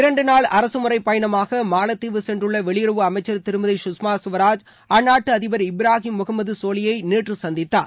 இரண்டு நாள் அரசுமுறை பயணமாக மாலத்தீவு சென்றுள்ள வெளியுறவு அமைச்சர் திருமதி சுஷ்மா சுவராஜ் அந்நாட்டு அதிபர் இப்ராஹிம் முகமது சோலியை நேற்று சந்தித்தார்